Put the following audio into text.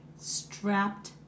strapped